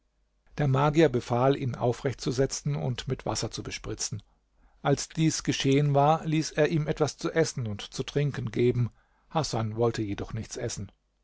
der magier befahl ihn aufrecht zu setzen und mit wasser zu bespritzen als dies geschehen war ließ er ihm etwas zu essen und zu trinken geben hasan wollte jedoch nichts essen